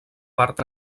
part